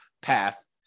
path